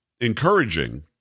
encouraging